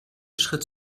schritt